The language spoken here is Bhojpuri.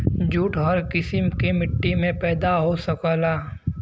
जूट हर किसिम के मट्टी में पैदा हो सकला